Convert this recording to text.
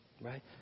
Right